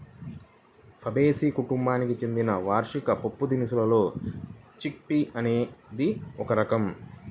Fabaceae కుటుంబానికి చెందిన వార్షిక పప్పుదినుసుల్లో చిక్ పీ అనేది ఒక రకం